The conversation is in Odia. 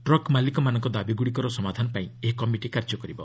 ଟ୍ରକ୍ ମାଲିକମାନଙ୍କ ଦାବିଗୁଡ଼ିକର ସମାଧାନପାଇଁ ଏହି କମିଟି କାର୍ଯ୍ୟ କରିବ